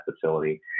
facility